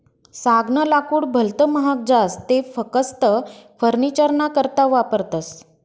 सागनं लाकूड भलत महाग जास ते फकस्त फर्निचरना करता वापरतस